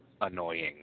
annoying